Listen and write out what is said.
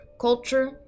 culture